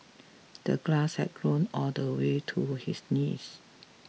the grass had grown all the way to his knees